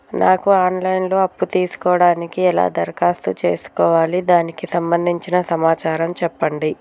నాకు online లో అప్పు తీసుకోవడానికి ఎలా దరఖాస్తు చేసుకోవాలి దానికి సంబంధించిన సమాచారం చెప్పండి?